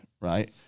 right